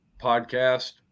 podcast